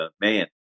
Man